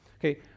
okay